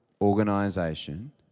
organization